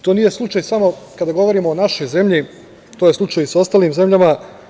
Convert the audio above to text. To nije slučaj samo kada govorimo o našoj zemlji, to je slučaj i sa ostalim zemljama.